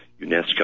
UNESCO